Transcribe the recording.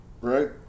Right